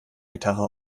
gitarre